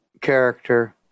character